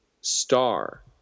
star